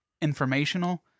informational